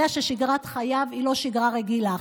יודע ששגרת חייו היא לא שגרה רגילה,